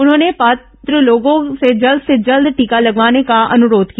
उन्होंने पात्र लोगों से जल्द से जल्द टीका लगाने का अनुरोघ किया